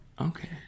Okay